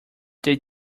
they